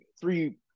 three